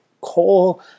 coal